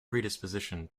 predisposition